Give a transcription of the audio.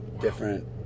different